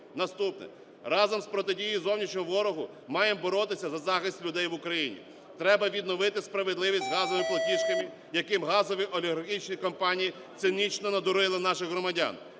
Наступне. Разом з протидією зовнішньому ворогу маємо боротися за захист людей в Україні. Треба відновити справедливість з газовими платіжками, яким газові олігархічні компанії цинічно надурили наших громадян.